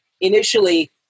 Initially